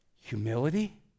humility